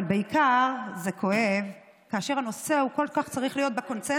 אבל בעיקר זה כואב כאשר הנושא כל כך צריך להיות בקונסנזוס,